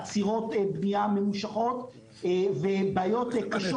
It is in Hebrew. עצירות בנייה ממושכות ובעיות קשות